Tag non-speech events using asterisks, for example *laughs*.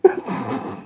*laughs*